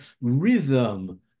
rhythm